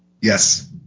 Yes